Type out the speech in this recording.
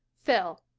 phil.